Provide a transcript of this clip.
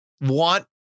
want